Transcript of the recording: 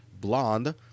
Blonde